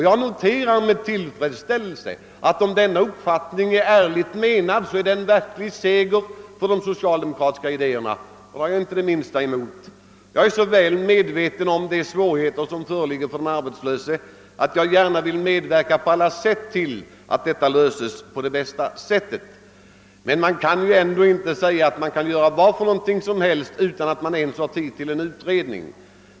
Jag noterar med tillfredsställelse att om uppfattningen nu är ärligt menad är det en seger för de socialdemokratiska idéerna och den har jag ingenting emot. Jag är så väl medveten om de svårigheter som föreligger för de arbetslösa, att jag gärna på alla sätt vill medverka till att problemen löses. Men man kan inte göra vad som helst utan att ge sig tid att utreda frågan.